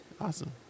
awesome